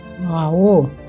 Wow